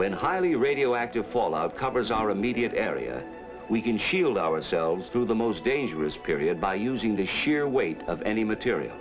when highly radioactive fallout covers our immediate area we can shield ourselves to the most dangerous period by using the here weight of any material